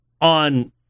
on